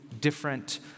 different